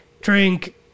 drink